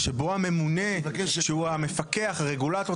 שבו הממונה שהוא המפקח הרגולטור,